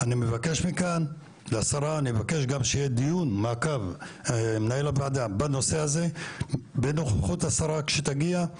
אני מבקש גם שיהיה דיון מעקב בנושא הזה בנוכחות השרה כשתגיע,